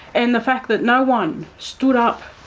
and the fact that no one stood up,